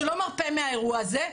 שלא מרפה מהאירוע הזה,